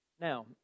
Now